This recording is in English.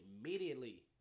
immediately